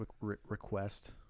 request